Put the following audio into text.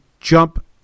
jump